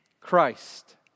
Christ